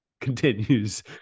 continues